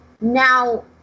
now